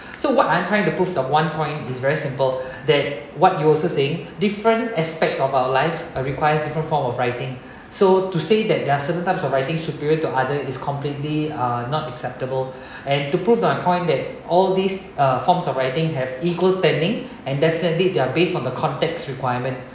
so what I'm trying to prove the one point is very simple that what you also saying different aspects of our life requires different form of writing so to say that there are certain types of writing superior to other is completely uh not acceptable and to prove my point that all of uh these forms of writing have equal standing and definitely they're based on the context requirement